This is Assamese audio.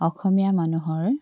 অসমীয়া মানুহৰ